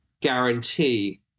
guarantee